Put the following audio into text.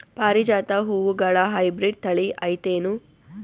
ಪಾರಿಜಾತ ಹೂವುಗಳ ಹೈಬ್ರಿಡ್ ಥಳಿ ಐತೇನು?